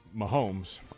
Mahomes